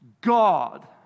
God